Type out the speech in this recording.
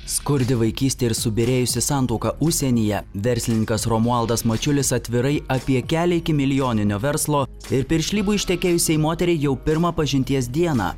skurdi vaikystė ir subyrėjusi santuoka užsienyje verslininkas romualdas mačiulis atvirai apie kelią iki milijoninio verslo ir piršlybų ištekėjusiai moteriai jau pirmą pažinties dieną